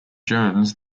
jones